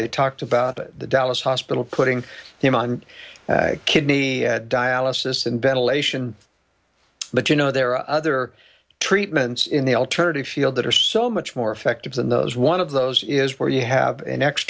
they talked about it the dallas hospital putting them on kidney dialysis and ventilation but you know there are other treatments in the alternative field that are so much more effective than those one of those is where you have an